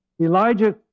Elijah